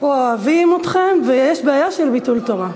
פה אוהבים אתכם, ויש בעיה של ביטול תורה.